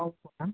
टाउनको नाम